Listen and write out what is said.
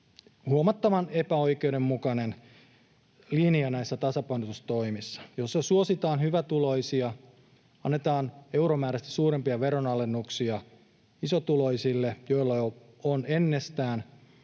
huomattavan epäoikeudenmukainen linja näissä tasapainotustoimissa, joissa suositaan hyvätuloisia, annetaan euromääräisesti suurempia veronalennuksia isotuloisille, joilla on jo ennestään,